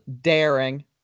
daring